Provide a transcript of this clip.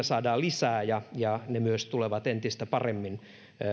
saadaan lisää ja ja ne myös tulevat entistä paremmin